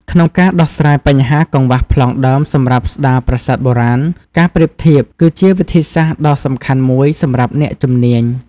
ក្នុងការដោះស្រាយបញ្ហាកង្វះប្លង់ដើមសម្រាប់ស្ដារប្រាសាទបុរាណ ការប្រៀបធៀបគឺជាវិធីសាស្ត្រដ៏សំខាន់មួយសម្រាប់អ្នកជំនាញ។